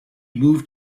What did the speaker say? moved